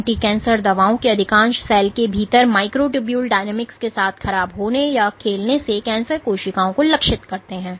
anti cancer दवाओं के अधिकांश सेल के भीतर माइक्रोट्यूब्यूल डायनेमिक्स के साथ खराब होने या खेलने से कैंसर कोशिकाओं को लक्षित करते हैं